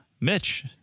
Mitch